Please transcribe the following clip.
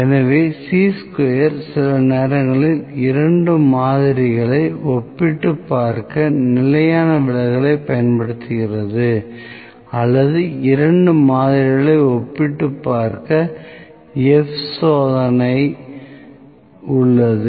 எனவே chi square சில நேரங்களில் இரண்டு மாதிரிகளை ஒப்பிட்டுப் பார்க்க நிலையான விலகலைப் பயன்படுத்துகிறது அல்லது இரண்டு மாதிரிகளை ஒப்பிட்டுப் பார்க்க F சோதனை உள்ளது